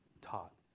taught